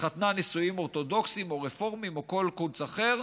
התחתנה נישואים אורתודוקסיים או רפורמיים או כל קונץ אחר,